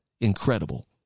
incredible